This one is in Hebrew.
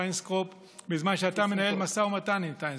טיסנקרופ בזמן שאתה מנהל משא ומתן עם טיסנקרופ?